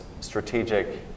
strategic